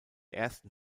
ersten